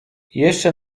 jeszcze